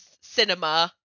cinema